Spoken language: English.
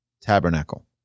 Tabernacle